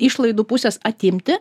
išlaidų pusės atimti